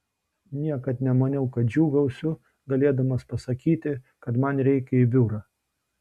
niekad nemaniau kad džiūgausiu galėdamas pasakyti kad man reikia į biurą